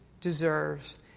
deserves